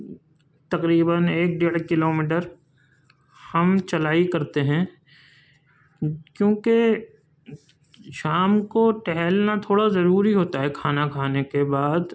تقریباً ایک ڈیڑھ کلو میٹر ہم چلائی کرتے ہیں کیونکہ شام کو ٹہلنا تھوڑا ضروری ہوتا ہے کھانا کھانے کے بعد